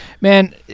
Man